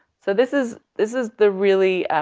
so this is this is the really,